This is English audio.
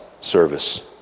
service